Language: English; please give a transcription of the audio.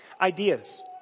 ideas